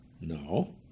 No